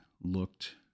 looked